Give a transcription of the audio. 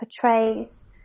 portrays